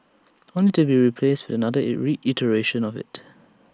only to be replaced with another IT re iteration of IT